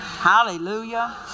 Hallelujah